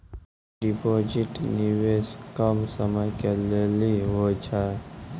Deposit निवेश कम समय के लेली होय छै?